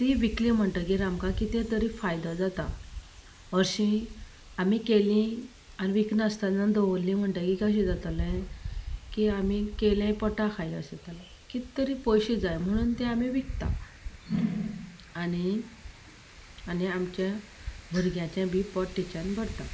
तीं विकली म्हणटगीर आमकां कितेंतरी फायदो जाता हरशीं आमी केल्ली आनी विकनासतना दवरल्ली म्हणटगीर कशें जातलें की आमी केलें पोटाक खायलें अशें जातलें कित तरी पयशें जाय म्हणून ते आमी विकतात आनीक आनी आमच्या भुरग्यांचे बी पोट थयच्यान भरतात